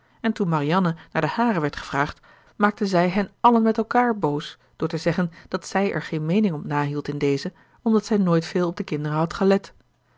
en toen marianne naar de hare werd gevraagd maakte zij hen allen met elkaar boos door te zeggen dat zij er geene meening op nahield in dezen omdat zij nooit veel op de kinderen had gelet